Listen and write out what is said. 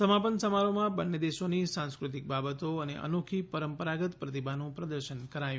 સમાપન સમારોહમાં બંને દેશોની સાંસ્કૃતિક બાબતો અને અનોખી પરંપરાગત પ્રતિભાનું પ્રદર્શન કરાયું